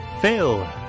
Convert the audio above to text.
Phil